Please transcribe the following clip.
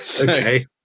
Okay